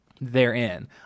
therein